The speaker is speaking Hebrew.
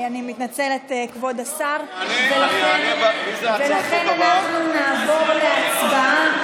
אני מתנצלת, כבוד השר, ולכן אנחנו נעבור להצבעה.